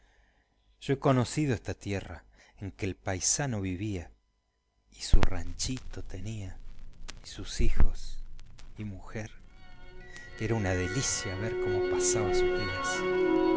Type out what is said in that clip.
yo he conocido esta tierra en que el paisano vivía y su ranchito tenía y sus hijos y mujer era una delicia el ver como pasaba sus días